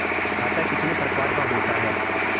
खाता कितने प्रकार का होता है?